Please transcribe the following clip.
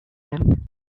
him